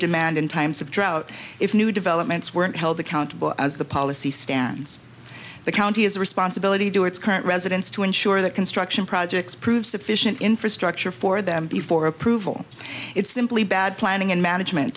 demand in times of drought if new developments were held accountable as the policy stands the county has a responsibility to its current residents to ensure that construction projects prove sufficient infrastructure for them be for approval it's simply bad planning and management